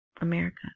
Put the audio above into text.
America